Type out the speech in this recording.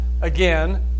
again